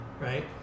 right